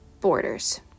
borders